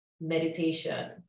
meditation